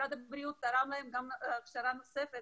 משרד הבריאות גם תרם להם הכשרה נוספת